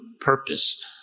purpose